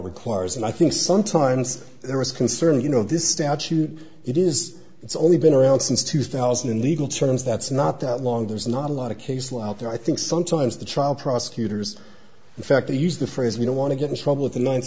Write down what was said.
requires and i think sometimes there is concern you know this statute it is it's only been around since two thousand and legal terms that's not that long there's not a lot of case law out there i think sometimes the trial prosecutors in fact to use the phrase we don't want to get in trouble with the ninth